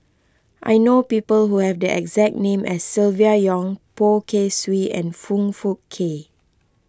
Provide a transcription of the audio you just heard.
I know people who have the exact name as Silvia Yong Poh Kay Swee and Foong Fook Kay